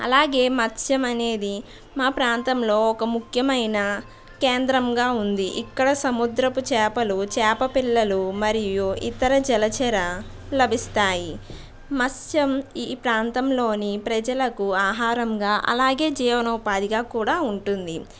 అలాగే మత్స్యం అనేది మా ప్రాంతంలో ఒక ముఖ్యమైన కేంద్రంగా ఉంది ఇక్కడ సముద్రపు చేపలు చేప పిల్లలు మరియు ఇతర జలచరా లభిస్తాయి మత్స్యం ఈ ప్రాంతంలోని ప్రజలకు ఆహారంగా అలాగే జీవనోపాధిగా కూడా ఉంటుంది